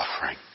suffering